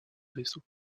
vaisseau